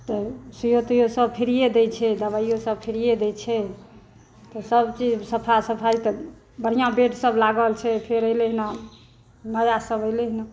तऽ सुइयो तुइयो सब फ्रीये दै छै दबाइ सब फ्रीये दै छै तऽ सब चीज सफा सफाइ तऽ बढ़िऑं बेड सब लागल छै फेर एलै हँ नया सब एलै हँ